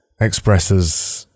expresses